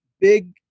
big